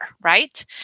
right